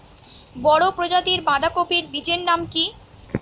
বড় প্রজাতীর বাঁধাকপির বীজের নাম কি?